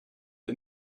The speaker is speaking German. der